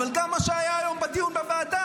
אבל גם מה שהיה היום בדיון בוועדה,